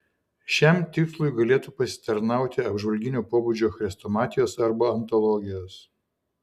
šiam tikslui galėtų pasitarnauti apžvalginio pobūdžio chrestomatijos arba antologijos